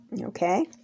Okay